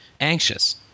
anxious